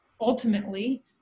ultimately